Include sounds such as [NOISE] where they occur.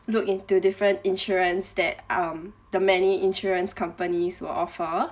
look into different insurance that um the many insurance companies will offer [BREATH]